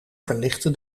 verlichtte